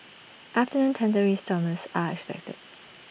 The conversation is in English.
afternoon thundery showers are expected